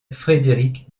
frédéric